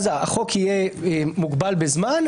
אז החוק יהיה מוגבל בזמן,